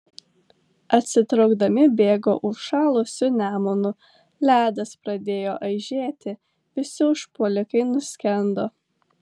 atsitraukdami bėgo užšalusiu nemunu ledas pradėjo aižėti visi užpuolikai nuskendo